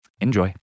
Enjoy